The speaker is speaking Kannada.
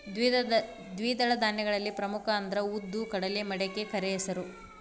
ದ್ವಿದಳ ಧಾನ್ಯಗಳಲ್ಲಿ ಪ್ರಮುಖ ಅಂದ್ರ ಉದ್ದು, ಕಡಲೆ, ಮಡಿಕೆ, ಕರೆಹೆಸರು